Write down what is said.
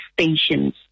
stations